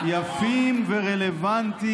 תראה אותו, מסתכל ומחייך.